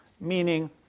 meaning